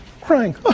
crying